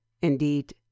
Indeed